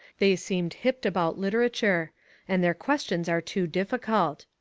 they seemed hipped about literature and their questions are too difficult.